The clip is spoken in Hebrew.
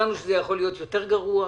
ידענו שזה יכול להיות יותר גרוע.